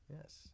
Yes